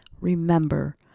Remember